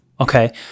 Okay